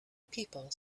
people